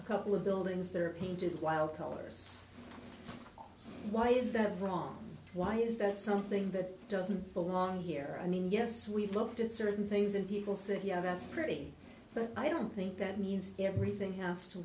a couple of buildings that are painted while colors why is that wrong why is that something that doesn't belong here i mean yes we looked at certain things and people said yeah that's pretty but i don't think that means everything has to